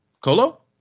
colo